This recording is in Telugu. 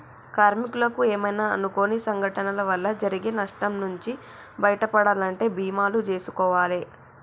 కార్మికులకు ఏమైనా అనుకోని సంఘటనల వల్ల జరిగే నష్టం నుంచి బయటపడాలంటే బీమాలు జేసుకోవాలే